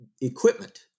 equipment